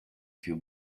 più